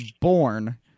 born